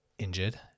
injured